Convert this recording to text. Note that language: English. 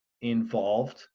involved